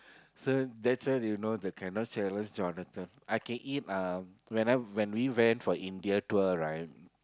so that's where they know they cannot challenge Jonathan I can eat ah when I when we went for India tour right